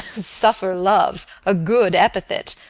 suffer love a good epithet!